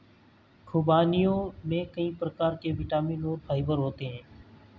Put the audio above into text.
ख़ुबानियों में कई प्रकार के विटामिन और फाइबर होते हैं